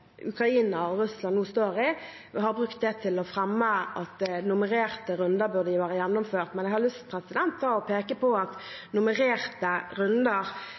Ukraina og Russland nå står i, har brukt det til å fremme at de nummererte rundene burde vært gjennomført. Men jeg har lyst til å peke på at nummererte runder